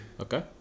Okay